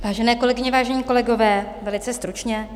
Vážené kolegyně, vážení kolegové, velice stručně.